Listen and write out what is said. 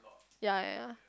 ya ya ya